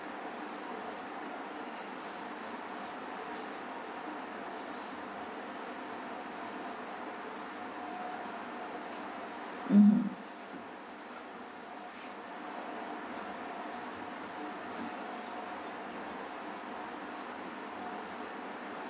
mmhmm